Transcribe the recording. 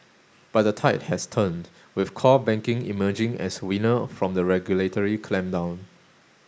but the tide has turned with core banking emerging as winner from the regulatory clampdown